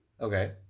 Okay